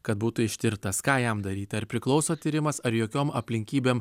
kad būtų ištirtas ką jam daryt ar priklauso tyrimas ar jokiom aplinkybėm